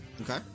Okay